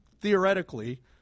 theoretically